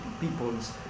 peoples